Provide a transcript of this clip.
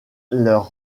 leurs